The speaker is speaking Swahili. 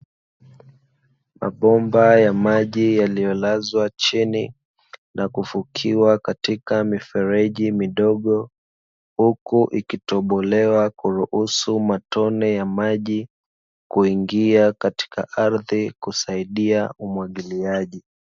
Mabomba ya maji yaliyolazwa chini na kufukiwa katika mifereji midogo, huku ikitobolewa kuruhusu matone ya maji kuingia katika ardhi kusaidia umwagiliaji.